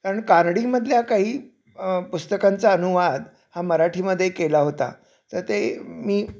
कारण कानडीमधल्या काही पुस्तकांचा अनुवाद हा मराठीमध्ये केला होता तर ते मी